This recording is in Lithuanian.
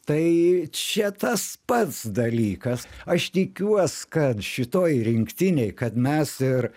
tai čia tas pats dalykas aš tikiuos kad šitoj rinktinėj kad mes ir